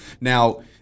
Now